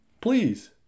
Please